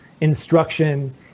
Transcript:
instruction